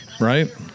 Right